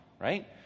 right